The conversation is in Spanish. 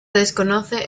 desconoce